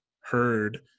heard